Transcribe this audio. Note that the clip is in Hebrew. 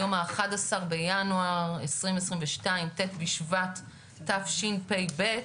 היום ה-11 בינואר 2022 ט' בשבט תשפ"ב.